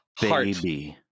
Baby